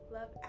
Love